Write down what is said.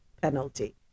penalty